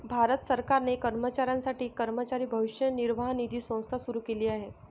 भारत सरकारने कर्मचाऱ्यांसाठी कर्मचारी भविष्य निर्वाह निधी संस्था सुरू केली आहे